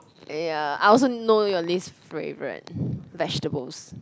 ya I also know your least favourite vegetables